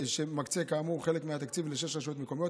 שמקצה כאמור חלק מהתקציב לשש רשויות מקומיות,